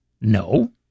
No